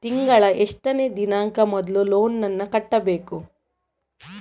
ತಿಂಗಳ ಎಷ್ಟನೇ ದಿನಾಂಕ ಮೊದಲು ಲೋನ್ ನನ್ನ ಕಟ್ಟಬೇಕು?